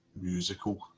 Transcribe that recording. musical